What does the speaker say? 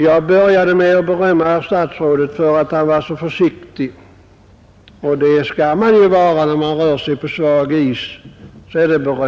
Jag började med att berömma herr statsrådet för att han var så försiktig — och det skall man ju vara när man rör sig på svag is.